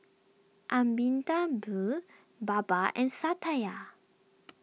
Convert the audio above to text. Amitabh Baba and Satya